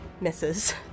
Misses